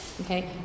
okay